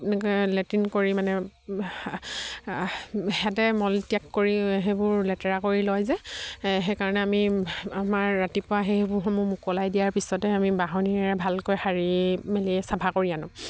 এনেকৈ লেট্ৰিন কৰি মানে সেয়াতে মলত্যাগ কৰি সেইবোৰ লেতেৰা কৰি লয় যে সেইকাৰণে আমি আমাৰ ৰাতিপুৱা সেইসমূহ মোকলাই দিয়াৰ পিছতে আমি বাঁহনীৰে ভালকৈ সাৰি মেলি চাফা কৰি আনোঁ